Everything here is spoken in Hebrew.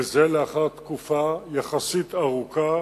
וזה לאחר תקופה יחסית ארוכה